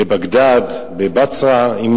בבגדד, אמי בבצרה.